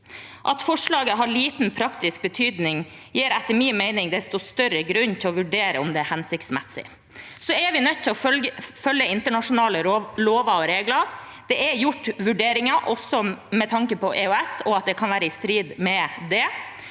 At forslaget har liten praktisk betydning, gir etter min mening desto større grunn til å vurdere om det er hensiktsmessig. Vi er nødt til å følge internasjonale lover og regler. Det er også gjort vurderinger med tanke på EØS-avtalen og at det kan være i strid med den.